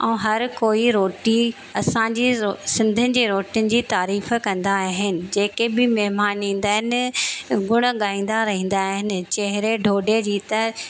ऐं हर कोई रोटी असांजे सिंधियुनि जी रोटीयुनि जी तारीफ़ु कंदा आहिनि जेके बि महिमान ईंदा आहिनि गुणु ॻाईंदा रहिंदा आहिनि चहिरे ढोढे जी त